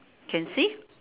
can see